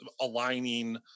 aligning